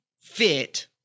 fit